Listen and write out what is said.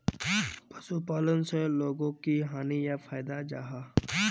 पशुपालन से लोगोक की हानि या फायदा जाहा?